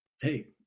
hey